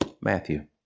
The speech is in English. Matthew